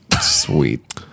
sweet